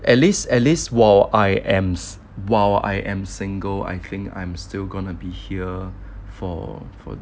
at least at least while I am while I am single I think I'm still gonna be here for